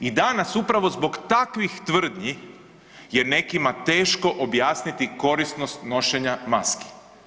I danas upravo zbog takvih tvrdnji je nekima teško objasniti korisnost nošenja maski.